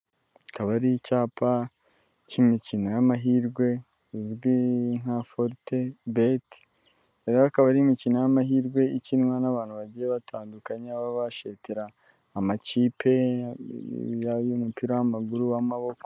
Akaba ari icyapa cy'imikino y'amahirwe izwi nka forute beti, rero akaba ari imikino y'amahirwe ikinwa n'abantu bagiye batandukanya, aho baba bashetera amakipe y'umupira w'amaguru, uw'amaboko...